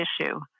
issue